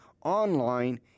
online